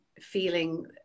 feeling